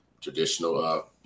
traditional